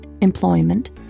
employment